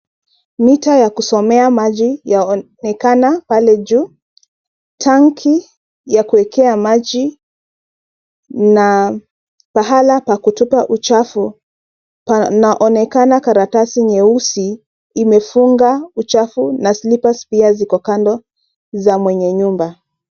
Mita ya kusomea maji yaonekana pale juu. Tangi ya kuekea maji na pahala pa kutupa uchafu panaonekana karatasi nyeusi imefunga uchafu na slippers pia ziko kando za mwenye nyumba.